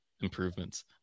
improvements